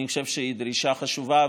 אני חושב שהיא דרישה חשובה,